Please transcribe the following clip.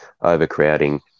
overcrowding